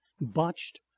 botched